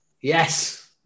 Yes